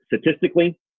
statistically